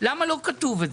למה זה לא כתוב?